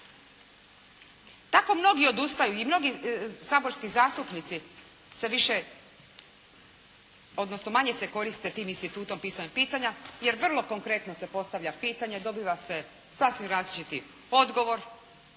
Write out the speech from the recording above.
Tako mnogi odustaju i mnogi saborski zastupnici se više odnosno manje se koriste tim institutom pisanja pitanja jer vrlo konkretno se postavlja pitanje, dobiva se sasvim različiti odgovor